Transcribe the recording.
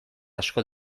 asko